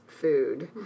food